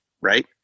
right